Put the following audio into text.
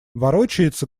ворочается